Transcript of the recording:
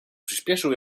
przyspieszył